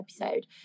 episode